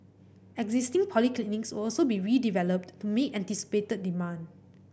existing polyclinics will also be redeveloped to meet anticipated demand